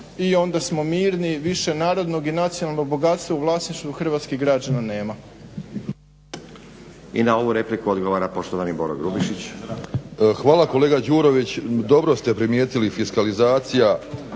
i onda smo mirni, više narodnog i nacionalnog bogatstva u vlasništvu hrvatskih građana nema. **Stazić, Nenad (SDP)** I na ovu repliku odgovora poštovani Boro Grubišić. **Grubišić, Boro (HDSSB)** Hvala kolega Đurović. Dobro ste primijetili fiskalizaciju,